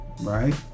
right